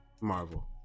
Marvel